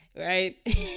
right